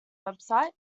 website